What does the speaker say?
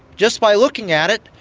just by looking at it,